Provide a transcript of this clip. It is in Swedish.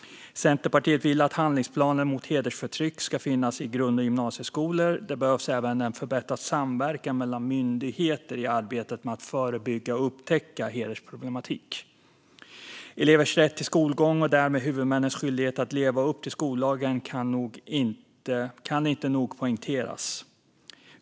Centerpartiet vill att handlingsplaner mot hedersförtryck ska finnas i grund och gymnasieskolor. Det behövs även en förbättrad samverkan mellan myndigheter i arbetet med att förebygga och upptäcka hedersproblematik. Elevers rätt till skolgång och därmed huvudmännens skyldighet att leva upp till skollagen kan inte nog poängteras.